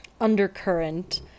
undercurrent